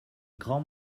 grand